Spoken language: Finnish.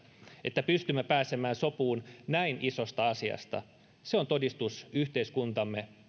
että pystymme pääsemään sopuun näin isosta asiasta se on todistus yhteiskuntamme